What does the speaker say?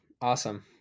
awesome